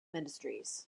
industries